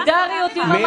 סולידריות עם המרצים.